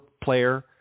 player